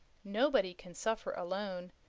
nobody can suffer alone.